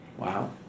Wow